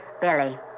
Billy